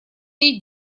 ней